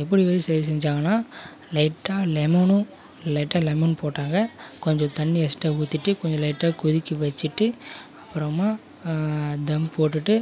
எப்படி செஞ்சாங்கனா லைட்டாக லெமனும் லைட்டாக லெமன் போட்டாங்க கொஞ்சம் தண்ணி எஸ்ட்ராக ஊற்றிட்டு கொஞ்சம் லைட்டாக கொதிக்க வச்சுட்டு அப்புறமா தம் போட்டுகிட்டு